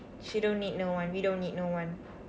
she don't need no one we don't need no one